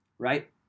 Right